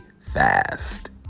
fast